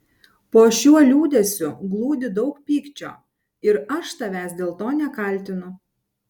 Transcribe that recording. po šiuo liūdesiu glūdi daug pykčio ir aš tavęs dėl to nekaltinu